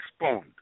respond